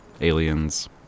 Aliens